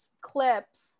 clips